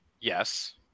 Yes